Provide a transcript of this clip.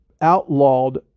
outlawed